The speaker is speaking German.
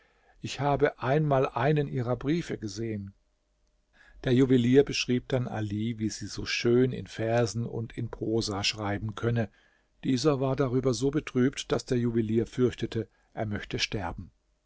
ich habe einmal einen ihrer briefe gesehen der juwelier beschrieb dann ali wie sie so schön in versen und in prosa schreiben könne dieser war darüber so betrübt daß der juwelier fürchtete er möchte sterben